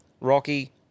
Rocky